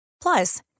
Plus